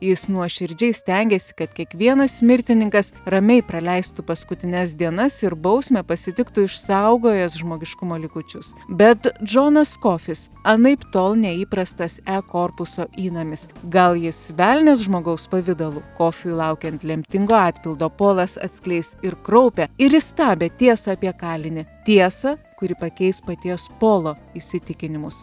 jis nuoširdžiai stengėsi kad kiekvienas mirtininkas ramiai praleistų paskutines dienas ir bausmę pasitiktų išsaugojęs žmogiškumo likučius bet džonas kofis anaiptol neįprastas e korpuso įnamis gal jis velnias žmogaus pavidalu kofiui laukiant lemtingo atpildo polas atskleis ir kraupią ir įstabią tiesą apie kalinį tiesą kuri pakeis paties polo įsitikinimus